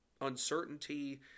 uncertainty